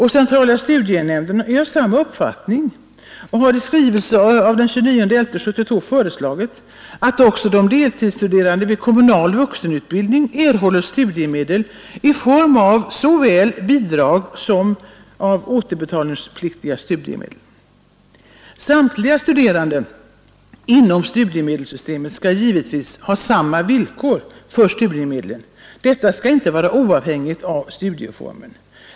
Centrala studiehjälpsnämnden är av samma uppfattning och har i en skrivelse av den 29 november 1972 föreslagit att också de deltidsstuderande vid kommunal vuxenutbildning bör erhålla studiemedel i form av såväl bidrag som återbetalningspliktiga studiemedel. Samtliga studerande skall givetvis ha samma villkor när det gäller studiemedel. Villkoren skall inte vara avhängiga studieformen.